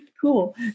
Cool